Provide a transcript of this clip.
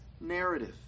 narrative